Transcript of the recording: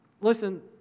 Listen